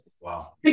Wow